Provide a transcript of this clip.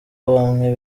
bamwe